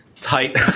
tight